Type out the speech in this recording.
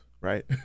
right